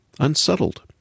Unsettled